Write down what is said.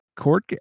Court